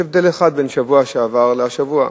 יש הבדל אחד בין הדיון בשבוע שעבר לדיון הזה.